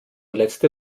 letzte